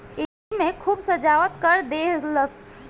एईमे खूब सजावट कर देहलस